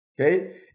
Okay